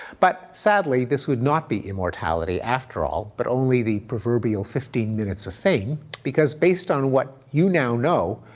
but sadly, this would not be immortality after all but only the proverbial fifteen minutes of fame because based on what you now know,